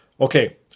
okay